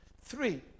three